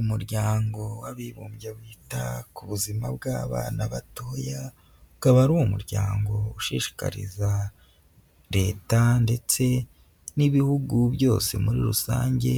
Umuryango w'abibumbye wita ku buzima bw'abana batoya, ukaba ari umuryango ushishikariza leta ndetse n'ibihugu byose muri rusange,